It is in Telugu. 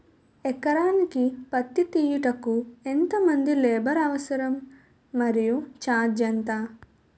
ఎకరానికి పత్తి తీయుటకు ఎంత మంది లేబర్ అవసరం? మరియు ఛార్జ్ ఎంత?